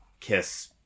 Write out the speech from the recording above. kiss